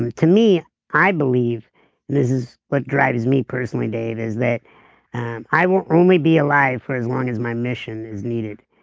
and to me i believe, and this is what drives me personally dave is that i will only be alive for as long as my mission is needed.